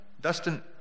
Dustin